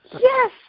Yes